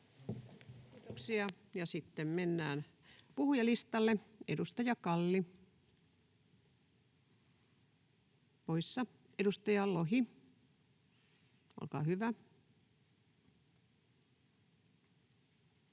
— Ja sitten mennään puhujalistalle. Edustaja Kalli, poissa. — Edustaja Lohi, olkaa hyvä.